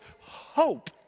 hope